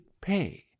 pay